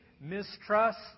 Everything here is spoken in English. mistrust